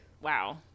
wow